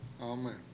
Amen